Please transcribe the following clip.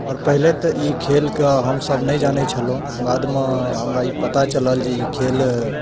आओर पहिले तऽ ई खेल कऽ हमसभ नहि जानैत छलहुँ बादमे हमरा ई पता चलल जे ई खेल